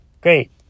Great